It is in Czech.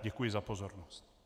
Děkuji za pozornost.